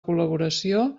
col·laboració